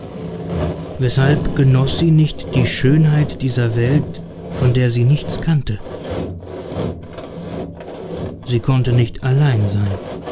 weshalb genoß sie nicht die schönheit dieser welt von der sie nichts kannte sie konnte nicht allein sein